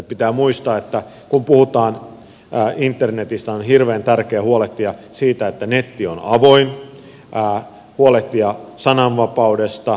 pitää muistaa että kun puhutaan internetistä on hirveän tärkeää huolehtia siitä että netti on avoin huolehtia sananvapaudesta